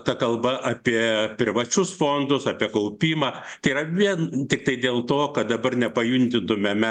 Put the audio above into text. ta kalba apie privačius fondus apie kaupimą tai yra vien tiktai dėl to kad dabar nepajundintume